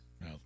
No